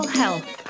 health